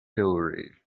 hillary